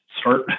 start